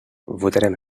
votarem